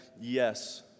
yes